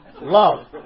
Love